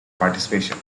participation